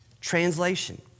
Translation